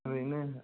ओरैनो